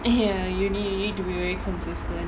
ya you need you need to be very consistent